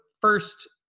first